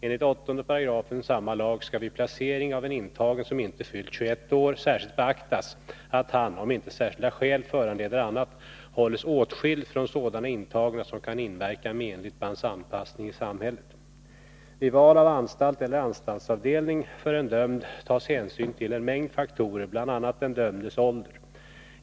Enligt 8 § samma lag skall vid placering av en intagen som inte fyllt 21 år särskilt beaktas att han, om inte särskilda skäl föranleder annat, hålles åtskild från sådana intagna som kan inverka menligt på hans anpassning i samhället. Vid val av anstalt eller anstaltsavdelning för en dömd tas hänsyn till en mängd faktorer, bl.a. den dömdes ålder.